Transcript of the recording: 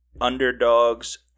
underdogs